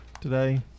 today